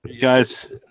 guys